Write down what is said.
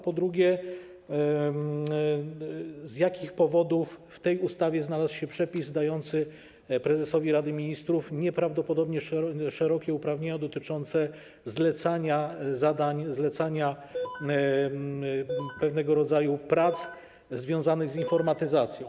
Po drugie: Z jakich powodów w tej ustawie znalazł się przepis dający prezesowi Rady Ministrów nieprawdopodobnie szerokie uprawnienia dotyczące zlecania zadań, zlecania pewnego rodzaju prac związanych z informatyzacją?